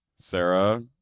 Sarah